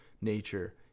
nature